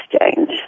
exchange